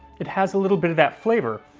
it has a little bit of that flavor.